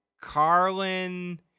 Carlin